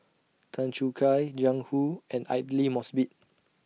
Tan Choo Kai Jiang Hu and Aidli Mosbit